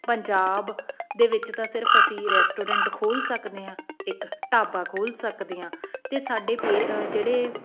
ਪੰਜਾਬ ਦੇ ਵਿੱਚ ਤਾਂ ਸਿਰਫ ਅਸੀਂ ਰੈਸਟੋਰੈਂਟ ਖੋਲ ਸਕਦੇ ਹਾਂ ਇੱਕ ਢਾਬਾ ਖੋਲ ਸਕਦੇ ਹਾਂ ਅਤੇ ਸਾਡੇ ਪੇ ਜਿਹੜੇ